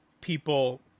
people